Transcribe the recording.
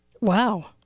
Wow